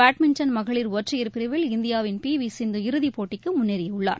badminton மகளிர் ஒற்றையர் பிரிவில் இந்தியாவின் பி வி சிந்து இறுதிப் போட்டிக்கு முன்னேறியுள்ளார்